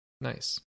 nice